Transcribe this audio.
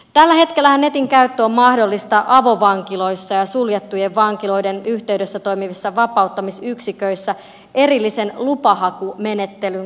tällä hetkellähän netinkäyttö on mahdollista avovankiloissa ja suljettujen vankiloiden yhteydessä toimivissa vapauttamisyksiköissä erillisen lupahakumenettelyn kautta